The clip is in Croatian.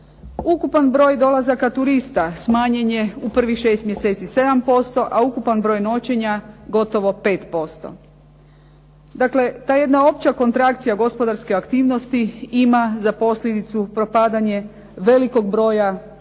Ukupan broj dolazaka turista smanjen je u prvih 6 mjeseci 7%, a ukupan broj noćenja gotovo 5%. Dakle, ta jedna opća kontrakcija gospodarske aktivnosti ima za posljedicu propadanje velikog broja tvrtki,